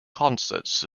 concerts